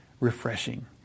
refreshing